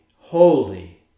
holy